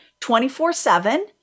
24-7